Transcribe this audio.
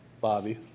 Bobby